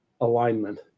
alignment